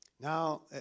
Now